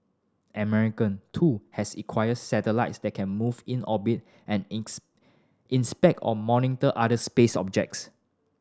American too has acquired satellites that can move in orbit and ins inspect or monitor other space objects